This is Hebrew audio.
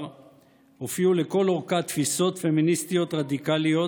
הופיעו לכל אורכה תפיסות פמיניסטיות רדיקליות,